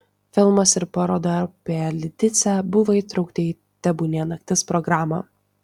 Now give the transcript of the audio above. filmas ir paroda apie lidicę buvo įtraukti į tebūnie naktis programą